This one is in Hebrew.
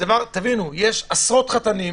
יש עשרות חתנים,